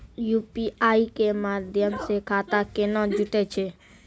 UPI के माध्यम से खाता केना जुटैय छै?